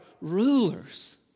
rulers